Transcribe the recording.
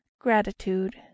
gratitude